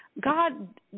God